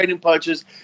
punches